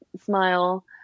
smile